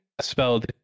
spelled